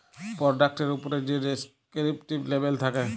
পরডাক্টের উপ্রে যে ডেসকিরিপ্টিভ লেবেল থ্যাকে